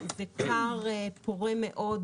זה כר פורה מאוד